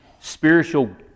spiritual